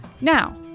Now